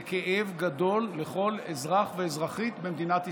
זה כאב גדול לכל אזרח ואזרחית במדינת ישראל.